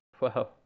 Wow